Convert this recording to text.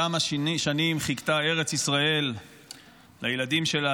כמה שנים חיכתה ארץ ישראל לילדים שלה,